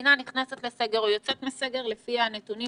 המדינה נכנסת לסגר או יוצאת מסגר לפי הנתונים